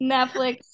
Netflix